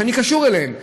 שאני קשור אליהם,